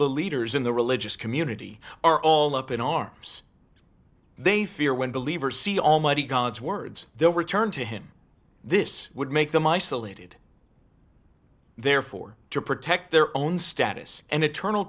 the leaders in the religious community are all up in arms they fear when believers see almighty god's words they were turned to him this would make them isolated therefore to protect their own status and